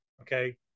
Okay